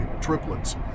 triplets